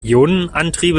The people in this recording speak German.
ionenantriebe